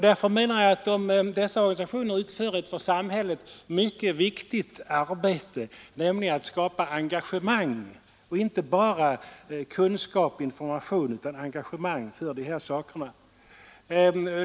Dessa organisationer utför enligt min mening ett för samhället mycket viktigt arbete — de inte bara förmedlar kunskap utan de skapar engagemang för dessa saker.